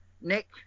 Nick